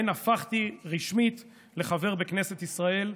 שבהן הפכתי רשמית לחבר בכנסת ישראל.